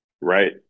right